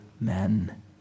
men